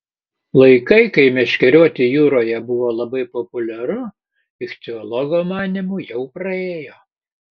laikai kai meškerioti jūroje buvo labai populiaru ichtiologo manymu jau praėjo